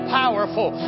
powerful